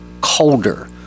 colder